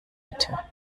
bitte